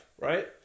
right